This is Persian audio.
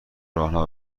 راهنما